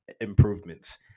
improvements